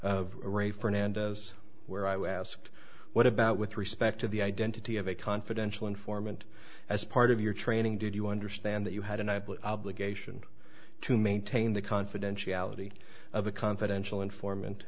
of ray fernandez where i was asked what about with respect to the identity of a confidential informant as part of your training did you understand that you had an obligation to maintain the confidentiality of a confidential informant